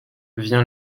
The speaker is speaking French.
vient